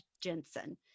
Jensen